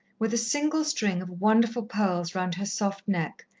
with a single string of wonderful pearls round her soft neck,